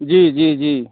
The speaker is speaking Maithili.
जी जी जी